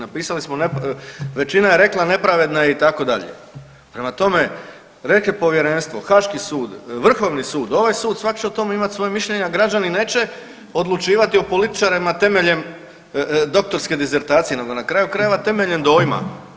Napisali smo, većina je rekla nepravedna je, itd., prema tome, ... Povjerenstvo, Haški sud, Vrhovni sud, ovaj sud, svak će o tome imat svoje mišljenje, a građani neće odlučivati o političarima temeljem doktorske disertacije, nego na kraju krajeva temeljem dojma.